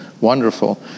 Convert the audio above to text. wonderful